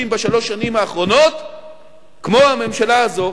בשלוש השנים האחרונות כמו הממשלה הזאת.